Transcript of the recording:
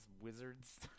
Wizards